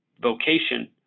vocation